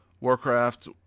Warcraft